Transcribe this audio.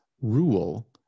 rule